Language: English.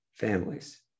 families